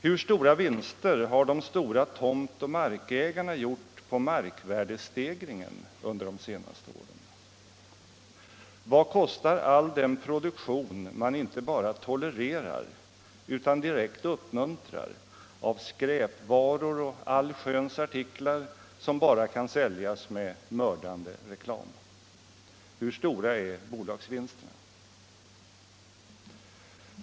Hur stora vinster har de stora tomtoch markägarna gjort på markvärdestegringen under de senaste åren? Vad kostar all den produktion man inte bara tolererar utan direkt uppmuntrar av skräpvaror och allsköns artiklar som bara kan säljas med ”mördande reklam”? Hur stora är bolagsvinsterna?